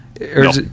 No